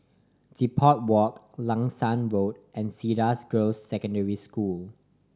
Depot Walk Langsat Road and Cedar Girls' Secondary School